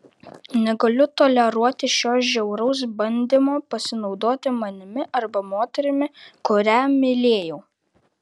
negaliu toleruoti šio žiauraus bandymo pasinaudoti manimi arba moterimi kurią mylėjau